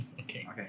Okay